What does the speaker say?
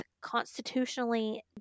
constitutionally